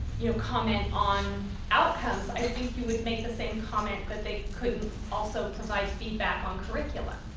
you know, comment on outcomes, i think you would make the same comment that they couldn't also provide feedback on curriculum.